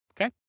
Okay